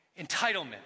Entitlement